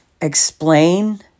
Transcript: explain